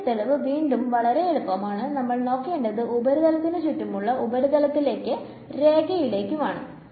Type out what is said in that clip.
ഇതിന്റെ തെളിവ് വീണ്ടും വളരെ എളുപ്പമാണ് നമ്മൾ നോക്കേണ്ടത് ഉപരിതലത്തിനു ചുറ്റുമുള്ള ഉപരിതലത്തിലേക്കും രേഖയിലേക്കും ആണ്